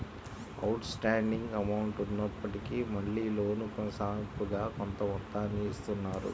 out standing amount ఉన్నప్పటికీ మళ్ళీ loan కొనసాగింపుగా కొంత మొత్తాన్ని ఇత్తన్నారు